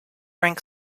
rank